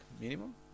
minimum